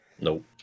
Nope